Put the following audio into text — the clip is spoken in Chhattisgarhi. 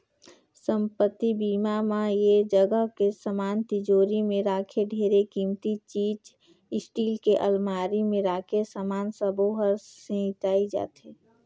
संपत्ति बीमा म ऐ जगह के समान तिजोरी मे राखे ढेरे किमती चीच स्टील के अलमारी मे राखे समान सबो हर सेंइताए जाथे